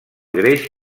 greix